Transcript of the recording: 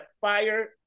fire